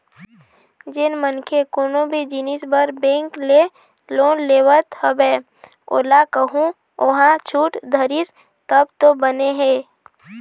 जेन मनखे कोनो भी जिनिस बर बेंक ले लोन लेवत हवय ओला कहूँ ओहा छूट डरिस तब तो बने हे